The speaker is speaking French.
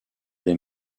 des